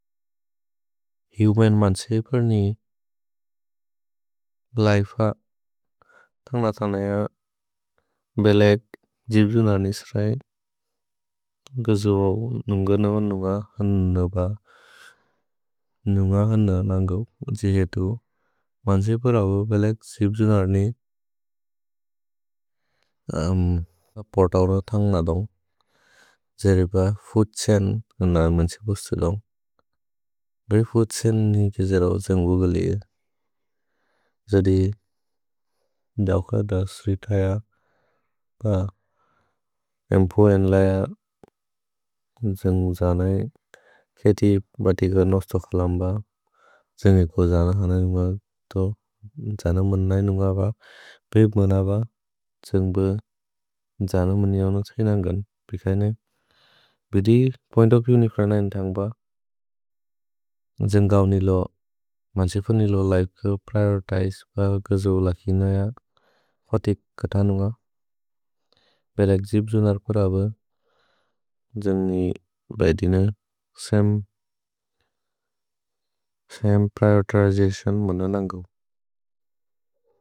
Human मन्क्सेपर् नि लिफेअ तन्ग तनय। भेलेक् जिब्जुनर् निस्रए गजुऔ नुन्गनुअ नुन्ग हन्द ब। नुन्ग हन्द नन्गु जिहेतु मन्क्सेपर् अवु बेलेक् जिब्जुनर् नि। पोर्तौर तन्ग अदुन्ग् जेरे ब फूद् छैन् गनर् मन्क्सेपुस्तु इदुन्ग्। गरि फूद् छैन् नि किजेरौ जेन्गुगलि ए जदि दव्क दस्रि तय क एम्पो एन्लय। जेन्ग् जनय् केति बति क नोस्तोक् हलम् ब जेन्ग् एको जन हनयुन्ग तो जन। मन्नय् नुन्ग ब पेहेक् मन्न ब जेन्ग् बे जन मनिऔ नक्सिकिनन्गन् प्रिकैनेम्। भिदि पोइन्त् ओफ् विएव् नि कर्नैन् तन्ग ब। जेन्ग् गौ निलो मन्क्सेपर् निलो लिफेअ प्रिओरितिजे गजुऔ। लकि नय खतिक् कथनुअ बेलेक् जिब्जुनर् कोरब जन्नि बदिन समे प्रिओरितिजतिओन् मुन नन्गु।